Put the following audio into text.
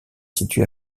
situé